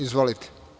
Izvolite.